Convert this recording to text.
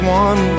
one